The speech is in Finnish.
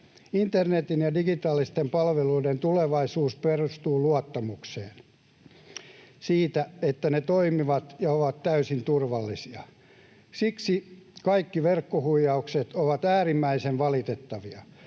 Internetin ja digitaalisten palveluiden tulevaisuus perustuu luottamukseen siitä, että ne toimivat ja ovat täysin turvallisia. Siksi kaikki verkkohuijaukset ovat äärimmäisen valitettavia,